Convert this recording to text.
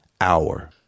hour